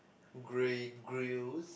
grey grills